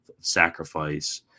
sacrifice